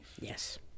Yes